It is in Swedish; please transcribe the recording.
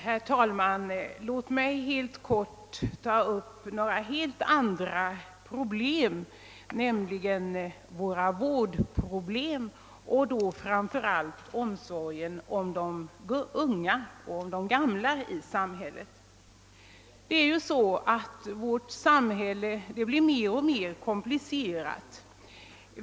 Herr talman! Låt mig helt kort ta upp en annan fråga, nämligen den som gäller våra vårdproblem och då framför allt omsorgen om de unga och de gamla i samhället. Vårt samhälle blir mer och mer komplicerat.